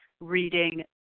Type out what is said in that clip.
reading